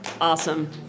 Awesome